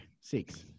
six